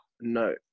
No